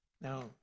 Now